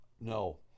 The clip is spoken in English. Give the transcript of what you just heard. No